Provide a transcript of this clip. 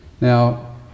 Now